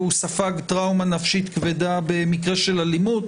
שהוא ספג טראומה נפשית כבדה במקרה של אלימות?